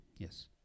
Yes